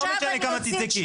לא משנה כמה תצעקי.